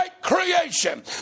creation